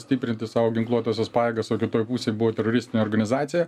stiprinti savo ginkluotąsias pajėgas o kitoj pusėj buvo teroristinė organizacija